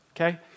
okay